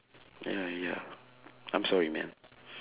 ya ya ya I'm sorry man